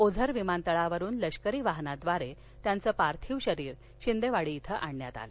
ओझर विमानतळावरुन लष्करी वाहनाद्वारे त्यांचं पार्थिव शिंदेवाडी इथं आणण्यात आल